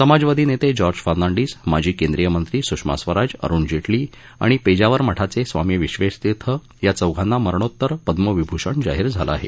समाजवादी नेते जॉर्ज फर्नांडिस माजी केंद्रीय मंत्री सुषमा स्वराज अरुण जेटली आणि पेजावर मठाचे स्वामी विश्वेशतिर्थ या चौघांना मरणोतर पद्मविभूषण जाहीर झाला आहे